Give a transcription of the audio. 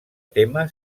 tema